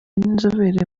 n’inzobere